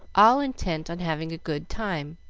all intent on having a good time.